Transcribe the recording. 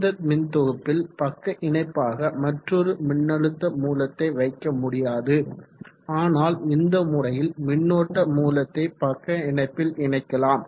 இந்த மின்தொகுப்பில் பக்க இணைப்பாக மற்றோரு மின்னழுத்த மூலத்தை வைக்க முடியாது ஆனால் இந்த முறையில் மின்னோட்ட மூல்த்தை பக்க இணைப்பில் இணைக்கலாம்